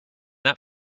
that